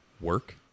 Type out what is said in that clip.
work